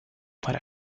para